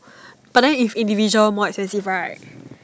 but then if it's individual more expensive right